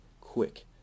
quick